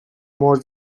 more